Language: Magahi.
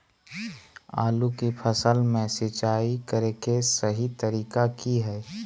आलू की फसल में सिंचाई करें कि सही तरीका की हय?